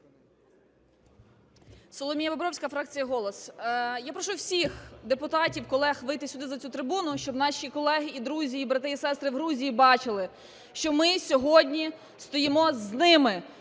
Соломія Бобровська, фракція "Голос". Я прошу всіх депутатів колег вийти сюди за цю трибуну, щоб наші колеги і друзі, і брати, і сестри в Грузії бачили, що ми сьогодні стоїмо з ними.